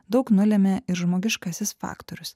daug nulėmė ir žmogiškasis faktorius